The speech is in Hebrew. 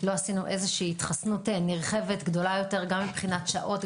למה לא עשינו התחסנות מורחבת יותר מבחינת שעות,